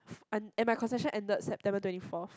f~ and and my concession ended September twenty fourth